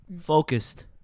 Focused